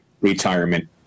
retirement